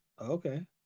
Okay